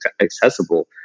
accessible